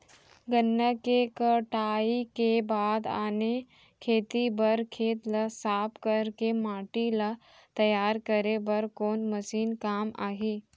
गन्ना के कटाई के बाद आने खेती बर खेत ला साफ कर के माटी ला तैयार करे बर कोन मशीन काम आही?